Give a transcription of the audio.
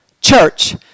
Church